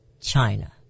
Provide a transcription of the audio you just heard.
China